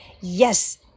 Yes